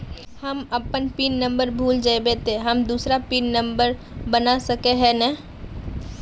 हम अपन pin number भूल जयबे ते हम दूसरा पिन नंबर बना सके है नय?